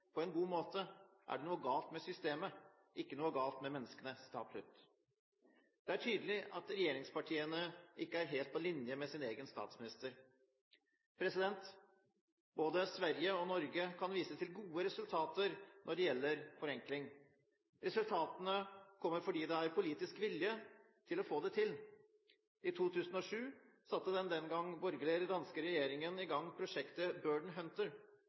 på en god måte, er det noe galt med systemet – ikke noe galt med menneskene.» Det er tydelig at regjeringspartiene ikke er helt på linje med sin egen statsminister. Både Sverige og Danmark kan vise til gode resultater når det gjelder forenkling. Resultatene kommer fordi det er politisk vilje til å få det til. I 2007 satte den den gang borgerlige danske regjeringen i gang prosjektet «Burden Hunter»